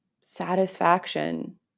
satisfaction